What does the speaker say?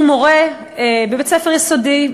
הוא מורה בבית-ספר יסודי,